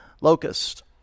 Locust